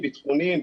ביטחוניים,